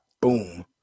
Boom